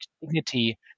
dignity